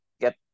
get